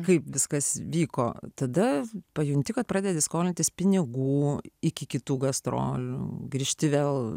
kaip viskas vyko tada pajunti kad pradedi skolintis pinigų iki kitų gastrolių grįžti vėl